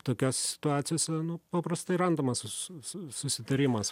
tokiose situacijose nu paprastai randamas su su susitarimas